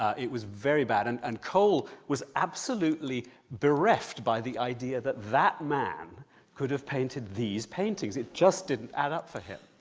it was very bad. and and cole was absolutely bereft by the idea that that man could have painted these paintings, it just didn't add up for him.